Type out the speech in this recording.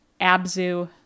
Abzu